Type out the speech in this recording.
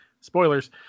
spoilers